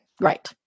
right